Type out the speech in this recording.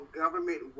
government